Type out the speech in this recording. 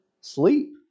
Sleep